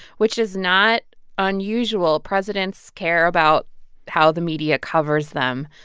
which is not unusual. presidents care about how the media covers them.